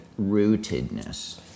rootedness